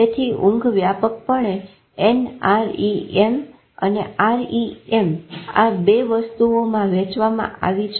તેથી ઊંઘ વ્યાપકપણે NREM અને REM આ બે વસ્તુઓમાં વહેંચવામાં આવી છે